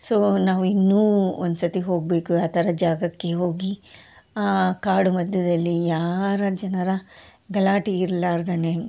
so ನಾವಿನ್ನು ಒಂದ್ಸತಿ ಹೋಗ್ಬೇಕು ಆ ಥರ ಜಾಗಕ್ಕೆ ಹೋಗಿ ಕಾಡು ಮಧ್ಯದಲ್ಲಿ ಯಾರ ಜನರ ಗಲಾಟೆ ಇರ್ಲಾರದೆನೆ